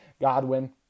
Godwin